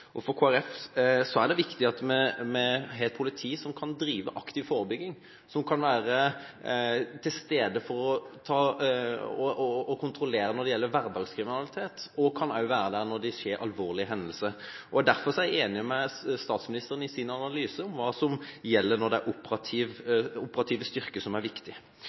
For Kristelig Folkeparti er det viktig at vi har et politi som kan drive aktiv forebygging, som kan være til stede og kontrollere hverdagskriminalitet, og som også kan være der når det skjer alvorlige hendelser. Derfor er jeg enig med statsministeren i hennes analyse av hva som gjelder når det er operative styrker som er viktig.